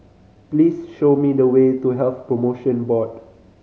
please show me the way to Health Promotion Board